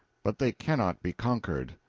but they cannot be conquered.